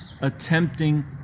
attempting